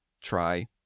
try